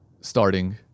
starting